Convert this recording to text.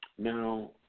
Now